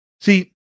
See